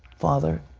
father,